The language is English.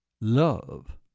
Love